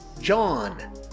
John